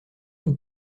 nous